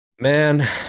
Man